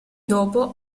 dopo